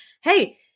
hey